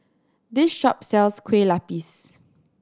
this shop sells Kueh Lapis